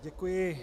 Děkuji.